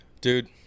dude